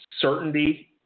certainty